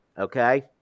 Okay